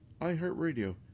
iHeartRadio